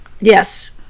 yes